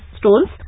stones